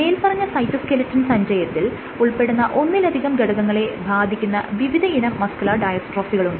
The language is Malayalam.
മേല്പറഞ്ഞ സൈറ്റോസ്കെലിറ്റൻ സഞ്ചയത്തിൽ ഉൾപ്പെടുന്ന ഒന്നിലധികം ഘടകങ്ങളെ ബാധിക്കുന്ന വിവിധയിനം മസ്ക്യൂലർ ഡയസ്ട്രോഫികളുണ്ട്